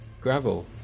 Gravel